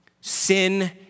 Sin